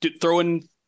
throwing